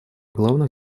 главных